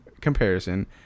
comparison